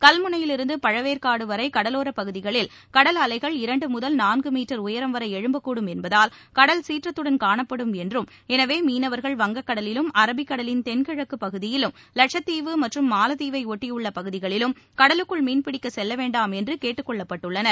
கல்முனையிலிருந்துபழவேற்காடுவரைகடலோரப் பகுதிகளில் கடல் அலைகள் இரண்டுமுதல் நான்குமீட்டர் உயரம் வரைஎழும்பக்கூடும் என்பதால் கடல் சீற்றத்துடன் காணப்படும் என்றும் எனவேமீனவர்கள் வங்கக் கடலிலும் அரபிக்கடலின் தென்கிழக்குபகுதியிலும் மாலத்தீவை ஓட்டியுள்ளபகுதிகளிலும் மீன் கடலுக்குள் பிடிக்கச் செல்லவேண்டாம் என்றுகேட்டுக்கொள்ளப்பட்டுள்ளனர்